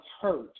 hurt